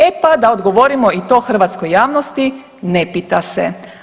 E pa da odgovorimo i to hrvatskoj javnosti, ne pita se.